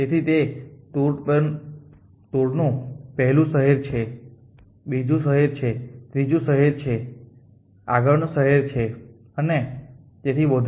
તેથી તે ટૂરનું પહેલું શહેર છે બીજું શહેર છે ત્રીજું શહેર છે આગળનું શહેર છે અને તેથી વધુ